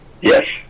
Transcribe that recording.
Yes